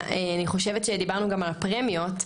אני חושבת שדיברנו גם על הפרמיות,